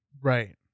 Right